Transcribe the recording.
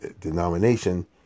denomination